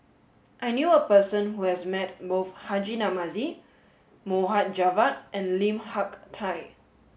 I knew a person who has met both Haji Namazie Mohd Javad and Lim Hak Tai